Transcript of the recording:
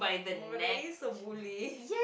oh my god that is a bully